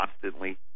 constantly